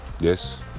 Yes